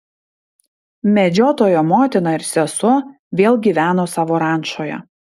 medžiotojo motina ir sesuo vėl gyveno savo rančoje